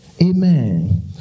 Amen